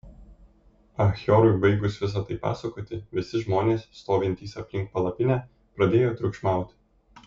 achiorui baigus visa tai pasakoti visi žmonės stovintys aplink palapinę pradėjo triukšmauti